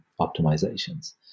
optimizations